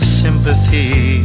sympathy